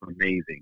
amazing